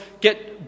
get